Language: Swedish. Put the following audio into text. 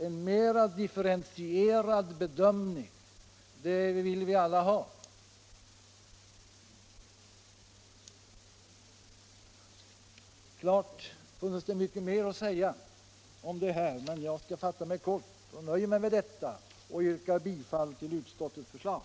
En mera differentierad bedömning vill vi alla ha. Det är klart att det funnes mycket mer att säga i det här ärendet, men jag skall fatta mig kort och nöjer mig med att yrka bifall till utskottets förslag.